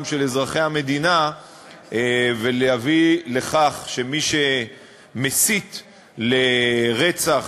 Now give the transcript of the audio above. של אזרחי המדינה ולהביא לכך שמי שמסית לרצח